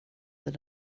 det